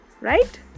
Right